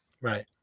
Right